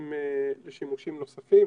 לשימושים נוספים,